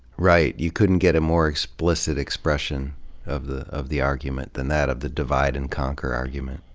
right. you couldn't get a more explicit expression of the of the argument than that, of the d ivide and conquer argument.